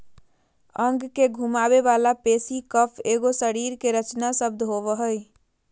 अंग के घुमावे वाला पेशी कफ एगो शरीर रचना शब्द होबो हइ